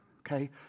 Okay